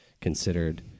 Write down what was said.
considered